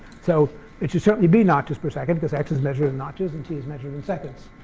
so it should certainly be notches per second because x is measured in notches and t is measured in seconds.